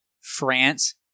France